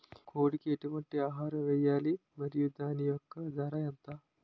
కోడి కి ఎటువంటి ఆహారం వేయాలి? మరియు దాని యెక్క ధర ఎంత?